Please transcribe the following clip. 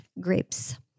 grapes